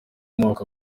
moko